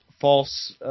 false